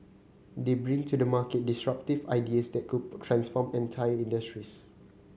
they bring to the market disruptive ideas that could transform entire industries